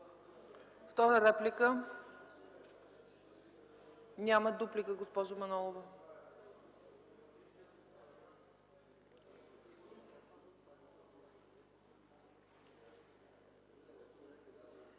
Втора реплика? Няма. Дуплика, госпожо Манолова.